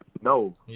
No